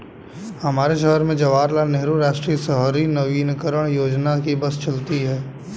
हमारे शहर में जवाहर लाल नेहरू राष्ट्रीय शहरी नवीकरण योजना की बस चलती है